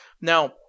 now